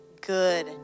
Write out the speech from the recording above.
good